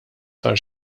sar